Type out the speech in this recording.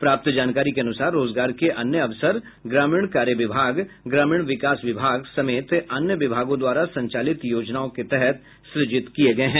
प्राप्त जानकारी के अनुसार रोजगार के अन्य अवसर ग्रामीण कार्य विभाग ग्रामीण विकास विभाग समेत अन्य विभागों द्वारा संचालित योजनाओं के तहत सृजित किये गये हैं